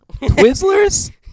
Twizzlers